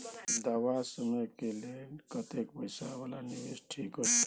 लंबा समय के लेल कतेक पैसा वाला निवेश ठीक होते?